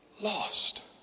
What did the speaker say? lost